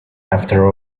after